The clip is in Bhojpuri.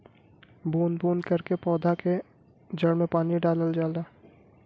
बूंद बूंद करके पौधा के जड़ में पानी डालल जाला